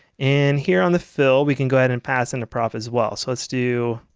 and here on the fill we can go ahead and pass in a prop as well. so let's do